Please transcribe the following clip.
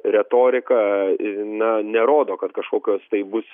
retorika na nerodo kad kažkokios tai bus